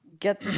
get